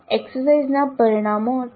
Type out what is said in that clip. exercise ના પરિણામો tale